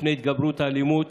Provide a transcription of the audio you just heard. מפני התגברות האלימות,